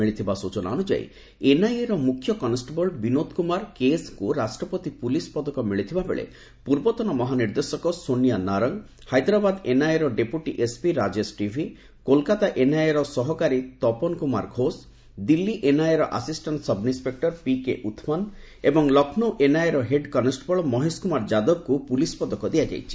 ମିଳିଥିବା ସୂଚନା ଅନୁଯାୟୀ ଏନ୍ଆଇଏର ମୁଖ୍ୟ କନେଷ୍ଟବଳ ବିନୋଦ କୁମାର କେଏସ୍ଙ୍କୁ ରାଷ୍ଟ୍ରପତି ପୁଲିସ୍ ପଦକ ମିଳିଥିବା ବେଳେ ପୂର୍ବତନ ମହାନିର୍ଦ୍ଦେଶକ ସୋନିଆ ନାରଙ୍ଗ ହାଇଦ୍ରାବାଦ୍ ଏନ୍ଆଇଏର deputy SP Rajesh TV Kolkata ଏନ୍ଆଇଏର ସହକାରୀ ତପନ କୁମାର ଘୋଷ ଦିଲ୍ଲୀ ଏନ୍ଆଇଏର ଆସିଷ୍ଟାଣ୍ଟ ସବ୍ଇନିସପେକୁର ପିକେ ଉଥମନ୍ ଏବଂ ଲକ୍ଷ୍ମୌ ଏନ୍ଆଇଏର ହେଡ୍ କନ୍ଷ୍ଟବଳ ମହେଶ କୁମାର ଯାଦବଙ୍କୁ ପୁଲିସ୍ ପଦକ ଦିଆଯାଇଛି